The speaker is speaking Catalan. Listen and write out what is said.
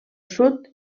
sud